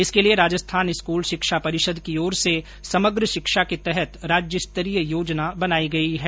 इसके लिए राजस्थान स्कूल शिक्षा परिषद की ओर से समग्र शिक्षा के तहत राज्यस्तरीय योजना बनाई गई है